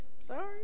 sorry